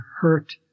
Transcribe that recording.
hurt